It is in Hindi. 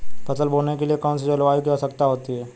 फसल बोने के लिए कौन सी जलवायु की आवश्यकता होती है?